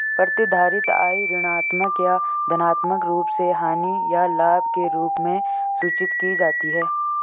प्रतिधारित आय ऋणात्मक या धनात्मक रूप से हानि या लाभ के रूप में सूचित की जाती है